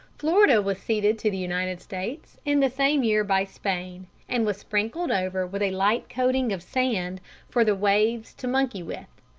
florida was ceded to the united states in the same year by spain, and was sprinkled over with a light coating of sand for the waves to monkey with.